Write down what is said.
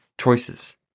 choices